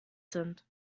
sind